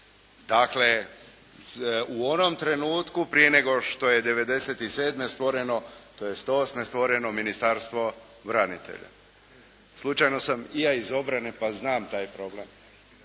Dakle u onom trenutku prije nego što je 1997. stvoreno tj. 1998. stvoreno Ministarstvo branitelja. Slučajno sam i ja iz obrane pa znam taj problem.